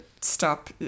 stop